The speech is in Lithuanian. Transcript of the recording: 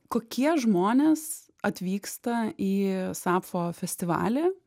kokie žmonės atvyksta į sapfo festivalį